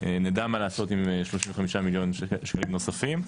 נדע מה לעשות עם 35 מיליון שקלים נוספים.